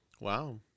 Wow